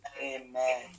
amen